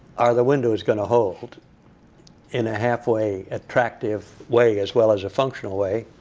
are the windows going to hold in a halfway attractive way, as well as a functional way?